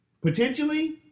potentially